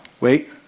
Wait